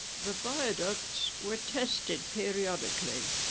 the viaducts were tested periodically,